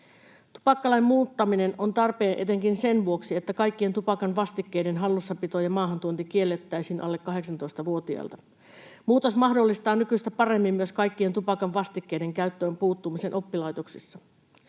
Tupakkalain muuttaminen on tarpeen etenkin sen vuoksi, että kaikkien tupakan vastikkeiden hallussapito ja maahantuonti kiellettäisiin alle 18-vuotiailta. Muutos mahdollistaa nykyistä paremmin myös kaikkien tupakan vastikkeiden käyttöön puuttumisen oppilaitoksissa.